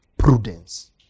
Prudence